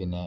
പിന്നെ